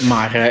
Maar